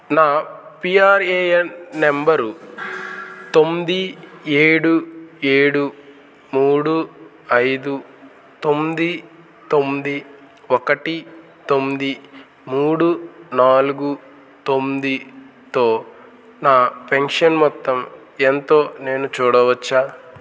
నా PRAN number తొమ్మిది ఏడు ఏడు మూడు ఐదు తొమ్మిది తొమ్మిది ఒకటి తొమ్మిది మూడు నాలుగు తొమ్మిది తో నా పెన్షన్ మొత్తం ఎంతో నేను చూడవచ్చా